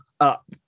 up